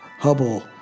Hubble